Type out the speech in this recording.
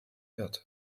wird